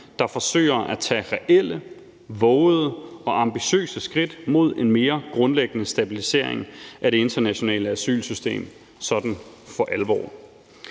alvor forsøger at tage reelle, vovede og ambitiøse skridt mod en mere grundlæggende stabilisering af det internationale asylsystem. Hvis man ved,